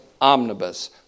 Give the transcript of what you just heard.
omnibus